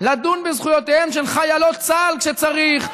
לדון בזכויותיהן של חיילות צה"ל כשצריך,